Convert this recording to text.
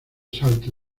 salto